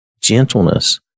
gentleness